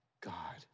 God